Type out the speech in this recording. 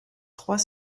trois